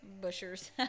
bushers